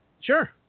Sure